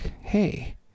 hey